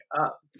up